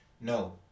No